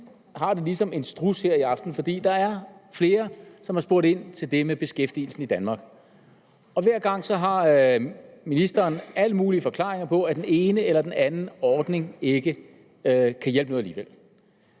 har det ligesom en struds her i aften, for der er flere, som har spurgt ind til det med beskæftigelsen i Danmark, og hver gang har ministeren alle mulige forklaringer om, at den ene eller den anden ordning ikke kan hjælpe noget alligevel.